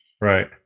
Right